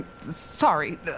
Sorry